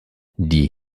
die